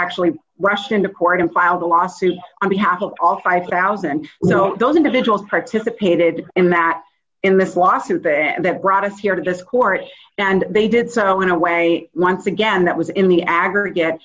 actually rushed into court and filed a lawsuit on behalf of all five thousand you know those individuals participated in that in this lawsuit that brought us here to discourse and they did so in a way once again that was in the aggregate